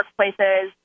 workplaces